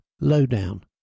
lowdown